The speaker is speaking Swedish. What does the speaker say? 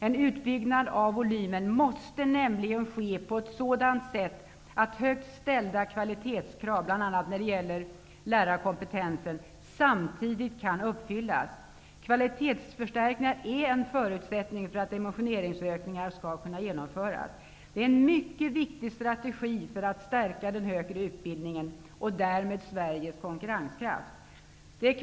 En utbyggnad av volymen måste ske på ett sådant sätt att högt ställda kvalitetskrav, bl.a. när det gäller lärarkompetensen, samtidigt kan uppfyllas. Kvalitetsförstärkningar är en förutsättning för att dimensioneringsökningarna skall kunna genomföras. Det är en mycket viktig strategi för att stärka den högre utbildningen och därmed Sveriges konkurrenskraft.